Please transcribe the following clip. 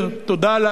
תודה לאל,